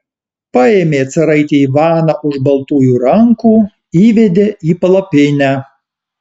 paėmė caraitį ivaną už baltųjų rankų įvedė į palapinę